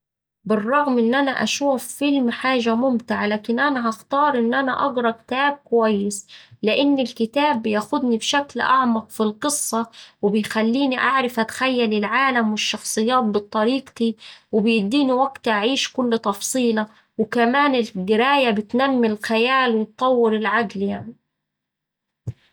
بالرغم إن أنا أشوف فيلم حاجة ممتعة، لكن أنا هختار إن أنا أقرا كتاب كويس لإن الكتاب بياخدني بشكل أعمق في القصة وبيخليني أعرف أتخيل العالم والشخصيات بطريقتي وبيديني وقتي أعيش كل تفصيلة وكمان ال القراية بتنمي الخيال وتطور العقل يعني.